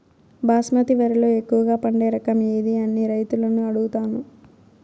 బాస్మతి వరిలో ఎక్కువగా పండే రకం ఏది అని రైతులను అడుగుతాను?